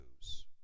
news